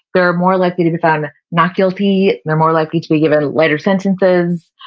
they're more likely to be found not guilty. they're more likely to be given lighter sentences.